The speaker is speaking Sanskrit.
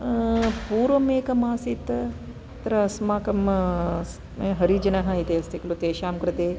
पूर्वम् एकमासीत् अत्र अस्माकं हरिजनः इति अस्ति खलु तेषां कृते